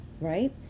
right